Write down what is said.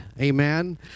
Amen